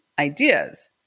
ideas